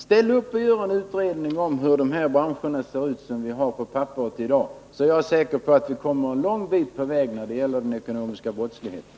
Ställ upp när vi vill göra en utredning om hur de branscher ser ut som det här är fråga om! Då är jag säker på att vi kommer en lång bit på väg när det gäller att bekämpa den ekonomiska brottsligheten.